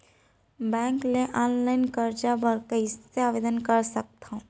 Bank ले online करजा बर कइसे आवेदन कर सकथन?